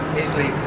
easily